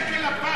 למה?